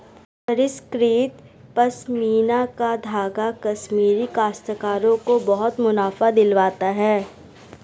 परिष्कृत पशमीना का धागा कश्मीरी काश्तकारों को बहुत मुनाफा दिलवाता है